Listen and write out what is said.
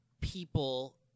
people